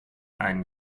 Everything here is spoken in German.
einen